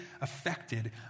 affected